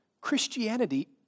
Christianity